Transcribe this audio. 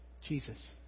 Jesus